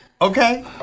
Okay